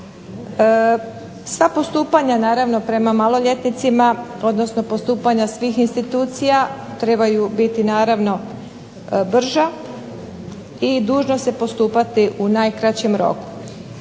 Sva postupanja naravno prema maloljetnicima, odnosno postupanja svih institucija trebaju biti naravno brža, i dužnost je postupati u najkraćem roku.